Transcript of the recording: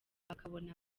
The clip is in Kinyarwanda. akabona